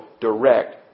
direct